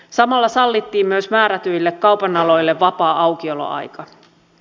samalla sallittiin myös määrätyille kaupan aloille vapaa aukioloaika